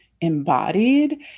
embodied